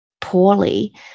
poorly